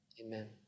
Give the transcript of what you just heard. Amen